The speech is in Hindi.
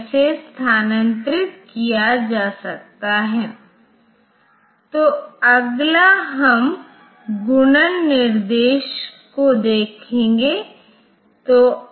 अब यदि आप स्रोत रजिस्टर के रूप में 18 का उपयोग कर रहे हैं तो पहले इन दो बिट्स के लिए एक चक्र लेगा फिर इन बिट्स के लिए यह एक चक्र लेगा और इन दो बिट्स के लिए यह एक चक्र लेगा